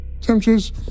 temperatures